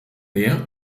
mehr